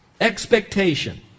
expectation